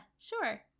sure